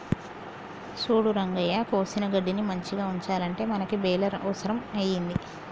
సూడు రంగయ్య కోసిన గడ్డిని మంచిగ ఉంచాలంటే మనకి బెలర్ అవుసరం అయింది